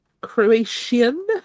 Croatian